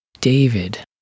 David